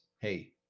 hey